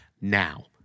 now